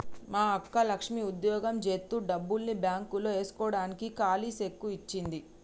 మా అక్క లక్ష్మి ఉద్యోగం జేత్తు డబ్బుల్ని బాంక్ లో ఏస్కోడానికి కాలీ సెక్కు ఇచ్చింది